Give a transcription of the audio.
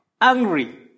angry